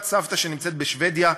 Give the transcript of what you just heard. שנמצאת בשבדיה.